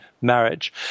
marriage